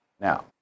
Now